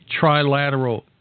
Trilateral